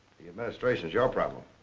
the administration's your problem. aw,